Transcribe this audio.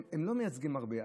שלא מייצגים הרבה,